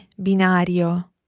binario